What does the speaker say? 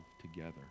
together